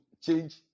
change